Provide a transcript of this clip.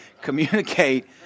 communicate